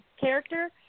character